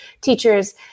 teachers